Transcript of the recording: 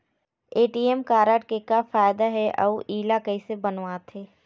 ATM card के का फायदा हे अऊ इला कैसे बनवाथे?